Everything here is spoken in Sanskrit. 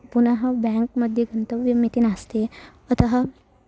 पुनः ब्याङ्क्मध्ये गन्तव्यमिति नास्ति अतः